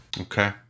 okay